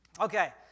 Okay